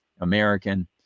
American